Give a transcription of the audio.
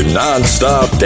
non-stop